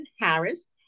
Harris